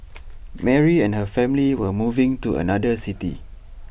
Mary and her family were moving to another city